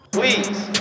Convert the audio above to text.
Please